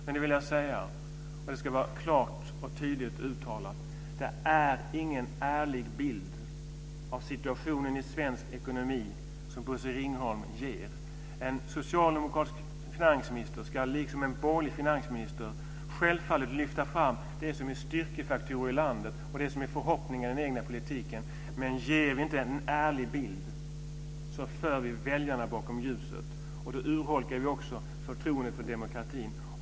Jag vill säga klart och tydligt: Det är ingen ärlig bild av situationen i svensk ekonomi som Bosse Ringholm ger. En socialdemokratisk finansminister ska, liksom en borgerlig finansminister, självfallet lyfta fram det som är styrkefaktorer i landet och förhoppningar i den egna politiken. Om vi inte ger en ärlig bild förs väljarna bakom ljuset. Då urholkar vi förtroendet för demokratin.